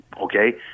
okay